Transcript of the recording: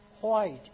white